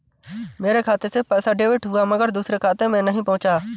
मेरे खाते से पैसा डेबिट हुआ मगर दूसरे खाते में नहीं पंहुचा